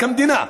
המדינה,